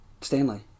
Stanley